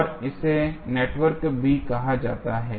और इसे network B कहा जाता है